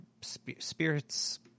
spirits